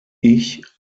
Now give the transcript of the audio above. ich